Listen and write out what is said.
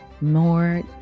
more